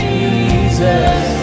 Jesus